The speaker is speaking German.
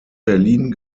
berlin